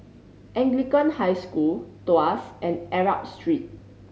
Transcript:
Anglican High School Tuas and Arab Street